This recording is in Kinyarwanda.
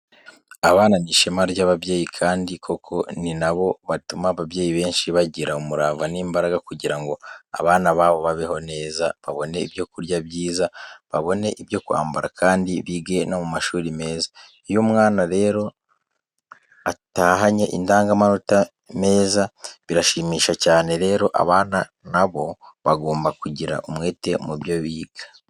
Abana ni ishema ry'ababyeyi kandi koko ni na bo batuma ababyeyi benshi bagira umurava n'imbaraga kugira ngo abana babo babeho neza, babone ibyo kurya byiza, babone ibyo kwambara kandi bige no mu mashuri meza. Iyo umwana rero atahanye indangamanota meza birashimisha cyane, rero abana na bo bagomba kugira umwete mu byo biga.